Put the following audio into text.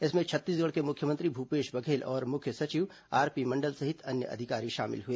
इसमें छत्तीसगढ़ के मुख्यमंत्री भूपेश बघेल और मुख्य सचिव आरपी मंडल सहित अन्य अधिकारी शामिल हुए